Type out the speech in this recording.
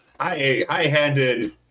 high-handed